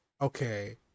okay